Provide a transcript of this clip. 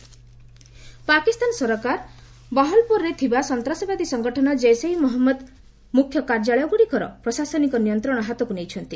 Pak JeM Pakistan ସରକାର ବାହାୱଲ୍ପୁରରେ ଥିବା ସନ୍ତାସବାଦୀ ସଙ୍ଗଠନ ଜେସେ ମହଞ୍ଜଦର ମୁଖ୍ୟ କାର୍ଯ୍ୟାଳୟଗୁଡ଼ିକର ପ୍ରଶାସନିକ ନିୟନ୍ତ୍ରଣ ହାତକୁ ନେଇଛନ୍ତି